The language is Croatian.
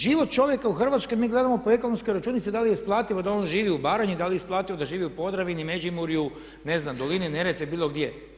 Život čovjeka u Hrvatskoj mi gledamo po ekonomskoj računici da li je isplativo da on živi u Baranji, da li je isplativo da živi u Podravini, Međimurju, ne znam dolini Neretve, bilo gdje.